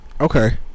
Okay